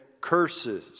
curses